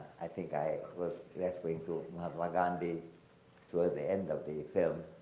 i think i was referring to mahatma like gandhi toward the end of the film.